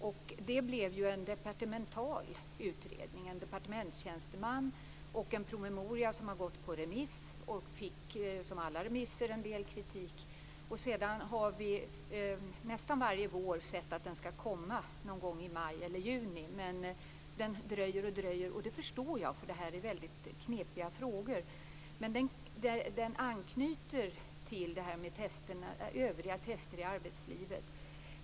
Det blev en departemental utredning. En departementstjänsteman skrev en promemoria som har gått ut på remiss. Liksom alla remisser fick denna remiss en del kritik. Nästan varje vår har vi väntat på ett förslag i maj eller juni, men det dröjer. Jag förstår det. Det är ju knepiga frågor. Detta anknyter till övriga test i arbetslivet.